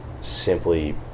simply